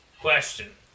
question